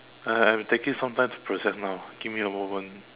I I'm taking some time to process now give me a moment